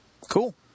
Cool